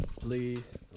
please